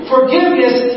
Forgiveness